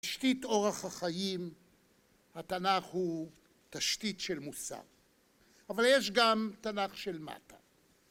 תשתית אורח החיים, התנ״ך הוא תשתית של מוסר, אבל יש גם תנ״ך של מטה.